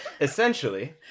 essentially